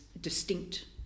distinct